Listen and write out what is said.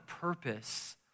purpose